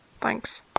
thanks